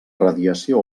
radiació